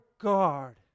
guard